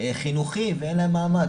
חינוכי ואין להם מעמד,